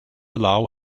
allow